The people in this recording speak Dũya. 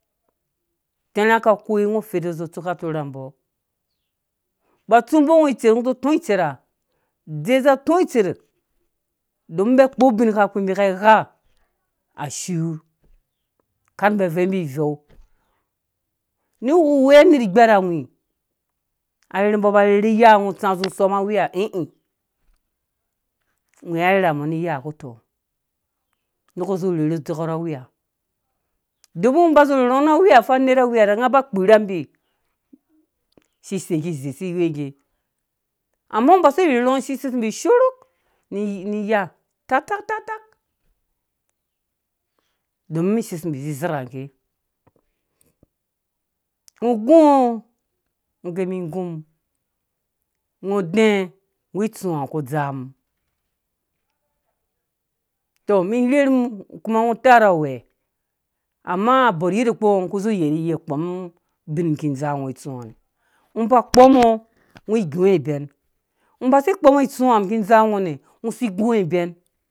Tɛrã ka kai ngɔ fetu zĩ tsuke atorhambo ba tsumbo ngɔ itser ngo zĩ tɔɔ itserha dze zĩ atɔ itser domin mbi kpɔ ubinkpukpii mbi ka gha ashur neba vɛu mbi ivɛu nebawu nerh igbɛrawi arherhe mbɔ ba rherhe noya ngɔ tsã zĩ sɔm na wiya ĩĩ ngwhɛwɛ arherha mɔ ni iyaha ku tɔ neku zĩ rherhe dzekɔ rha wiya domin ngɔ ba zĩ rhehengɔ na wiha fa nerh awiyaha nga ba mbi sisei ki ze si wɛ sesumbi sharuk niya tak tak tak domin seismbi zezerhangge ngɔ zungɔ ngɔ gɛ mi igumum ngɔ dɛɛ nggu itsũwãha ngɔ ku dzaa mum tɔ mum rherhum kuma ngɔ utarko uwɛ amma abɔr. yeda kpungɔ ku zĩ yɛru yei kpɔm bin ki dzaa ngɔ itsũwãha ngɔ ba kpɔmɔ itsũwã ngɔ gungɔ ibɛn ngɔ basi kpɔmɔ itsũwã miki dzaa nɔ nɛ ngɔ si gung ibɛm.